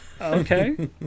Okay